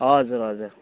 हजुर हजुर